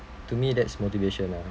to me that's motivation lah